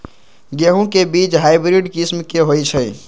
गेंहू के बीज हाइब्रिड किस्म के होई छई?